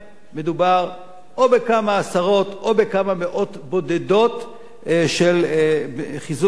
מדובר או בכמה עשרות או בכמה מאות בודדות של חיזוק מבנים